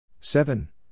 seven